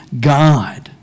God